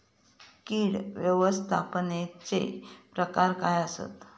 कीड व्यवस्थापनाचे प्रकार काय आसत?